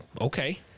okay